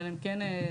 אבל הן כן טופלו.